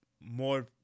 more